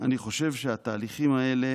אני חושב שהתהליכים האלה